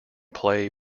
play